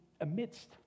amidst